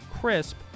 crisp